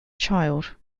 child